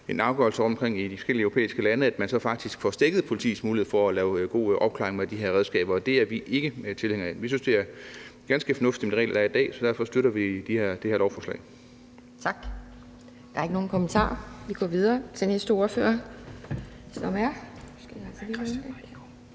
afgørelse om det i de forskellige europæiske lande, så faktisk får stækket politiets mulighed for at opklare sager med de her redskaber, og det er vi ikke tilhængere af. Vi synes, det er ganske fornuftigt med de regler, der er i dag, så derfor støtter vi det her lovforslag. Kl. 10:19 Anden næstformand (Pia Kjærsgaard): Tak. Der